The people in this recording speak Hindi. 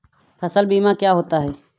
फसल बीमा क्या होता है?